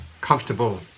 comfortable